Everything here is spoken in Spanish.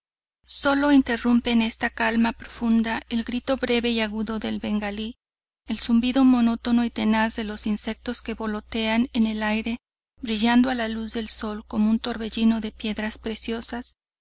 solo interrumpe en esta calma profunda el grito breve y agudo del bengalí el zumbido monótono y tenaz de los insectos que voltean en el aire brillando a la luz del sol como un torbellino de piedras preciosas